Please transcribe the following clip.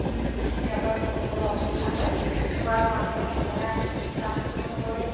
সিহঁতৰ থাকিবলৈ অসুবিধা হয় কুকুৰা গঁৰালটো আমি সদায় চাফ চিকুণকৈ